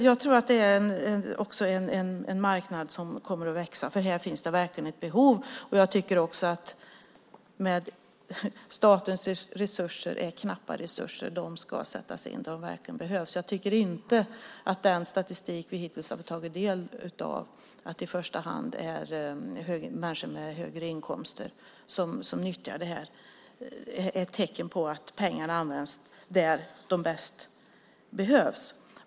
Jag tror att det är en marknad som kommer att växa, för här finns det verkligen ett behov. Statens resurser är knappa resurser, och de ska sättas in där de verkligen behövs. Jag tycker inte att den statistik vi hittills har fått ta del av, som visar att det i första hand är människor med högre inkomster som nyttjar det här, är ett tecken på att pengarna används där de bäst behövs.